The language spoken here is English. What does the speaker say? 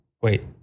wait